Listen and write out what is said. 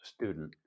student